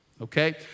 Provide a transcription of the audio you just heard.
Okay